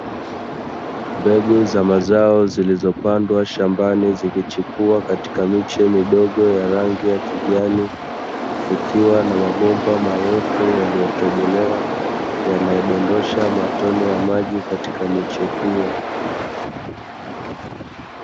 Mbegu za mazao zilizopandwa shambani zikichipua katika miche midogo ya rangi ya kijani, kukiwa na mabomba marefu yaliyotobolewa yanayo dondosha matone ya maji katika miche hiyo.